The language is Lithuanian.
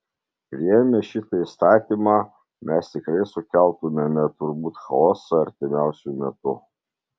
priėmę šitą įstatymą mes tikrai sukeltumėme turbūt chaosą artimiausiu metu